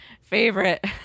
favorite